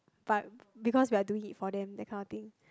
but because we are doing it for them that kind of thing